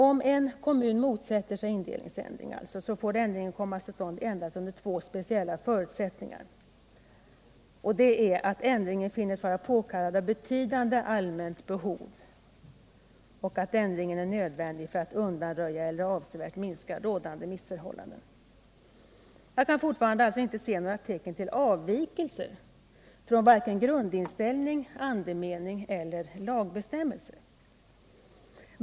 Om en kommun motsätter sig indelningsändring, får ändringen komma till stånd endast under två speciella förutsättningar. Dessa är att ändringen finnes vara påkallad av betydande allmänt behov och att ändringen är nödvändig för att undanröja eller avsevärt minska rådande missförhållanden. Jag kan fortfarande alltså inte se några tecken till avvikelser från vare sig grundinställning, andemening eller lagbestämmelser.